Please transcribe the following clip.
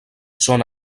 són